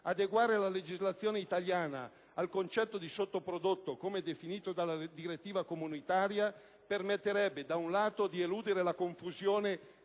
Adeguare la legislazione italiana al concetto di sottoprodotto come definito dalla direttiva comunitaria permetterebbe, da un lato, di eludere la confusione